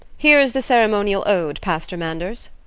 here is the ceremonial ode, pastor manders.